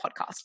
podcast